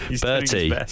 Bertie